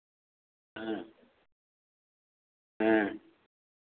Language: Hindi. हाँ हाँ